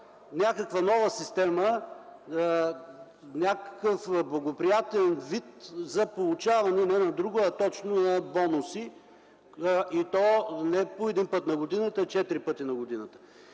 някаква нова система, някакъв благоприятен вид за получаване не на друго, а точно на бонуси. И то не по един път на годината, а четири пъти на годината.